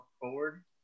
forward